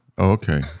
Okay